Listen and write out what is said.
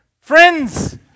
Friends